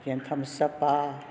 जीअं थमसअप आहे